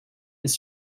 his